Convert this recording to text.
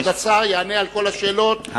כבוד השר יענה על כל השאלות,